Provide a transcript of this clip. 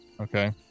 Okay